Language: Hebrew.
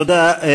תודה.